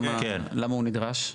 למה הוא נדרש?